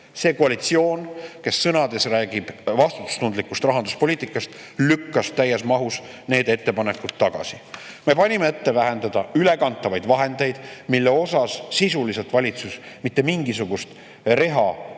See koalitsioon, kes sõnades räägib vastutustundlikust rahanduspoliitikast, lükkas täies mahus need ettepanekud tagasi. Me panime ette vähendada ülekantavaid vahendeid, mille puhul sisuliselt valitsus mitte mingisugust reha